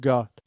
God